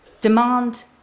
demand